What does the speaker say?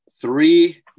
Three